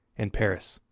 and paris.